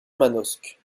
manosque